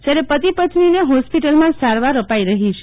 જયારે પર્તિ પત્નીને હોસ્પિટલમાં સારવાર અપાઈ રહી છે